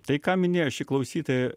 tai ką minėjo ši klausytoja